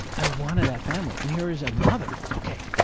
i wanted that family and here is a mother, ok.